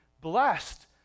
blessed